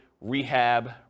rehab